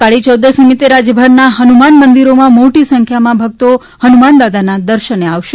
કાળી ચૌદશ નિમિત્તે રાજ્યભરના હનુમાન મંદિરોમાં મોટી સંખ્યામાં ભક્તો હનુમાન દાદાના દર્શને આવશે